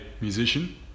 musician